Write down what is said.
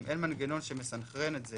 אם אין מנגנון שמסנכרן את זה